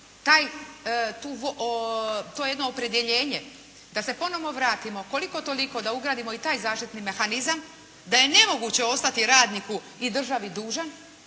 to jedno opredjeljenje da se ponovno vratimo koliko-toliko, da ugradimo i taj zaštitni mehanizam, da je nemoguće ostati radniku i državi dužan,